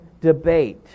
debate